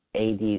AD